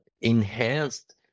enhanced